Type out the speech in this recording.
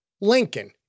Lincoln